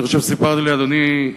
אני חושב סיפרתי לאדוני,